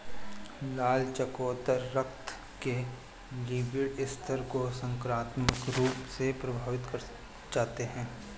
लाल चकोतरा रक्त के लिपिड स्तर को सकारात्मक रूप से प्रभावित कर जाते हैं